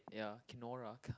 ya Kenora